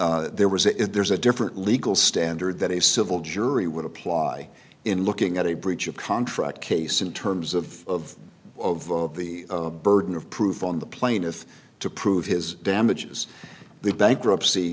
there was a if there's a different legal standard that a civil jury would apply in looking at a breach of contract case in terms of of the burden of proof on the plaintiff to prove his damages the bankruptcy